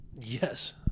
yes